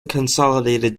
consolidated